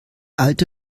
alte